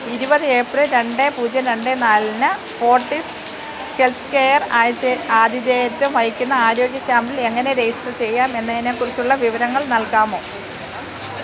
ഇരുപത് ഏപ്രിൽ രണ്ട് പൂജ്യം രണ്ട് നാലിന് ഫോര്ട്ടിസ് ഹെല്ത് കെയര് ആദിഥേയത്വം വഹിക്കുന്ന ആരോഗ്യ ക്യാമ്പിൽ എങ്ങനെ രജിസ്റ്റർ ചെയ്യാം എന്നതിനെക്കുറിച്ചുള്ള വിവരങ്ങൾ നൽകാമോ